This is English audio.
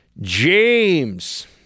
James